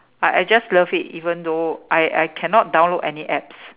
I just love it even though I I cannot download any apps